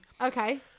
okay